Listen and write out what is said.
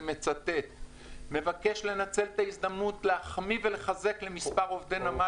אני מבקש לנצל את ההזדמנות להחמיא ולחזק מספר עובדי נמל